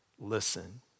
listen